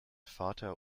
vater